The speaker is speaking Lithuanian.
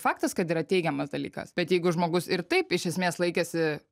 faktas kad yra teigiamas dalykas bet jeigu žmogus ir taip iš esmės laikėsi